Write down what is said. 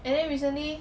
and then recently